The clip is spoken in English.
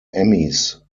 emmys